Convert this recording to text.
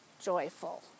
joyful